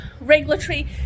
regulatory